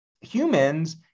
humans